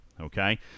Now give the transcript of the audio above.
Okay